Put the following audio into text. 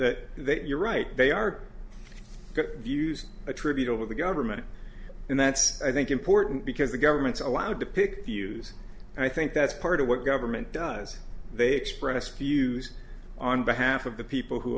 that that you're right they are views attributable to government and that's i think important because the government's allowed to pick views and i think that's part of what government does they express views on behalf of the people who